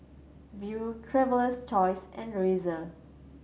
Viu Traveler's Choice and Razer